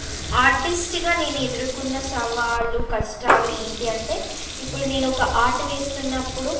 ఆర్టిస్ట్గా నేను ఎదుర్కొన్న సవాళ్ళు కష్టాలు ఏంటి అంటే ఇప్పుడు నేను ఒక ఆర్ట్ వేస్తున్నప్పుడు